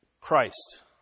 Christ